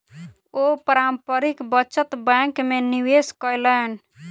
ओ पारस्परिक बचत बैंक में निवेश कयलैन